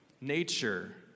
nature